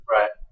Right